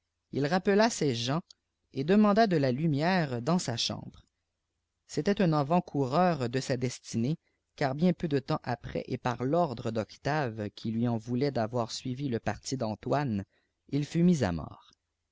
il rappela ses gens et demanda de la lumière dans sa chambre c'était un avantcoureur de sa destinée car bien peu de temps après et par tordre d'octave qui lui en voulait d'avoir suivi le parti d antoine il fut mis à mort